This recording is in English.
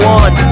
one